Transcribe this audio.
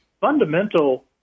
fundamental